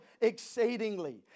exceedingly